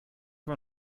war